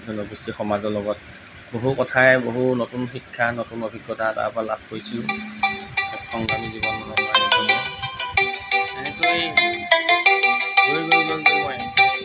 জনগোষ্ঠী সমাজৰ লগত বহু কথাই বহু নতুন শিক্ষা নতুন অভিজ্ঞতা এটা তাৰপৰা লাভ কৰিছিলোঁ সংগ্ৰামী জীৱনৰ এনেকৈ